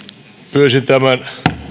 pyysin tämän